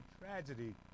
tragedy